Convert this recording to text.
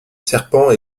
serpents